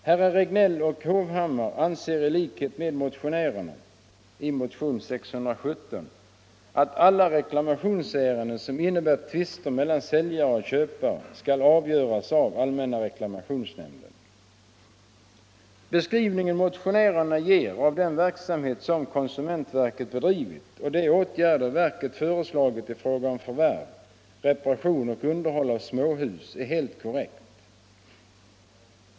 Herrar Regnéll och Hovhammar anser, i likhet med motionärerna i motionen 1975:617, att alla reklamationsärenden som innebär tvister mellan säljare och köpare skall avgöras av Allmänna reklamationsnämnden. Beskrivningen som motionärerna ger av den verksamhet som konsumentverket bedrivit och de åtgärder verket föreslagit i fråga om förvärv, reparation och underhåll av småhus är helt korrekt.